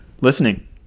listening